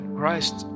christ